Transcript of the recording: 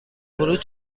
ورود